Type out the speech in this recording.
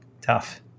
tough